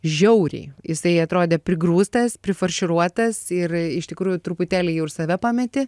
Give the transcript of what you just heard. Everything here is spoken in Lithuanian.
žiauriai jisai atrodė prigrūstas prifarširuotas ir iš tikrųjų truputėlį jau ir save pameti